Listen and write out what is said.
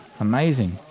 Amazing